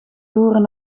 loeren